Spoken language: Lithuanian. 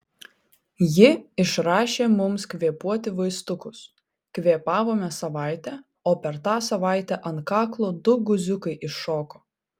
ji išrašė mums kvėpuoti vaistukus kvėpavome savaitę o per tą savaitę ant kaklo du guziukai iššoko